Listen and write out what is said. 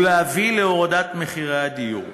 ולהביא להורדת מחירי הדיור.